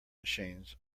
machines